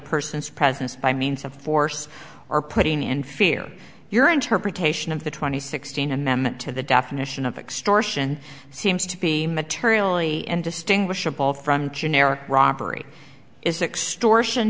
person's presence by means of force or putting in fear your interpretation of the twenty sixteen amendment to the definition of extortion seems to be materially indistinguishable from generic robbery is ext